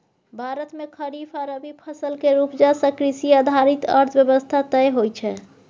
भारत मे खरीफ आ रबी फसल केर उपजा सँ कृषि आधारित अर्थव्यवस्था तय होइ छै